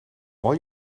all